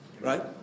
Right